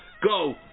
go